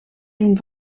doen